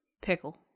pickle